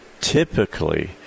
typically